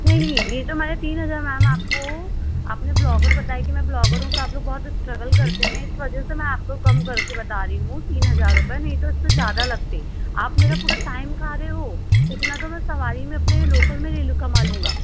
नहीं नहीं यह जो हमारे तीन हज़ार मैम आपको आपने ब्लॉगर बताया कि मैं ब्लॉगर हूँ तो आप लोग बहुत स्ट्रगल करते हैं इस वजह से मैं आपको कम करके बता रही हूँ तीन हज़ार रुपये नहीं तो इससे ज़्यादा लगते आप मेरा पूरा टाइम खा रहे हो इतना तो मैं सवारी में अपने लोकल में कमा लूँगा